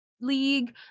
league